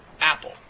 Apple